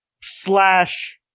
slash